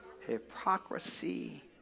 hypocrisy